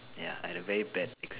ya I had a very bad ex